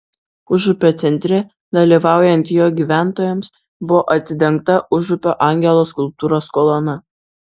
užupio centre dalyvaujant jo gyventojams buvo atidengta užupio angelo skulptūros kolona